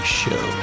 show